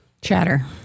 chatter